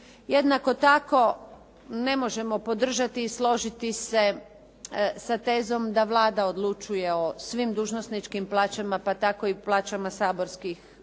Jednako tako ne možemo podržati i složiti se sa tezom da Vlada odlučuje o svim dužnosničkim plaćama, pa tako i plaćama saborskih